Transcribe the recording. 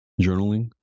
journaling